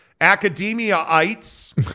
academia-ites